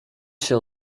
się